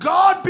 God